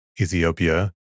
Ethiopia